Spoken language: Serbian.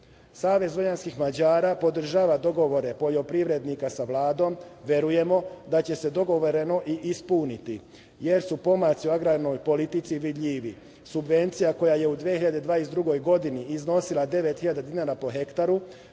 vojvođanskih Mađara podržava dogovore poljoprivrednika sa Vladom. Verujemo da će se dogovoreno i ispuniti, jer su pomaci u agrarnoj politici vidljivi. Subvencija koja je u 2022. godini iznosila 9.000 dinara po hektaru,